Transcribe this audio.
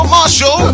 Marshall